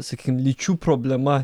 sakykim lyčių problema